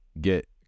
get